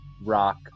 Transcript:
Rock